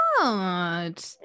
God